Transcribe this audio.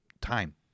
time